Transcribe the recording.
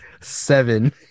seven